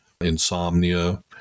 insomnia